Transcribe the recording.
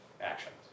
actions